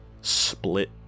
split